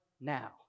now